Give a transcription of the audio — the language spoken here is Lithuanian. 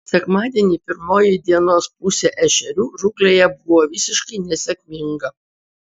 sekmadienį pirmoji dienos pusė ešerių žūklėje buvo visiškai nesėkminga